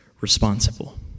responsible